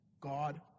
God